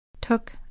took